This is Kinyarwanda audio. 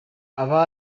aba